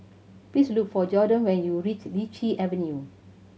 please look for Jorden when you reach Lichi Avenue